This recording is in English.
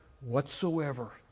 whatsoever